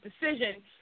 decision